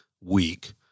week